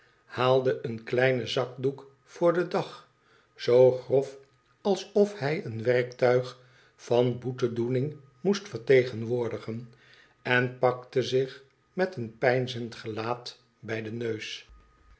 haalde een kleinen zadoek voor den dag zoo grof alsof hij een werktuig van boetedoenmg moest vertegenwoordigen en pakte zich met een peinzend gelaat bij den neus